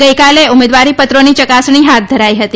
ગઈકાલે ઉમેદવારીપત્રોની ચકાસણી હાથ ધરાઇ હતી